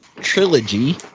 trilogy